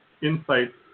insights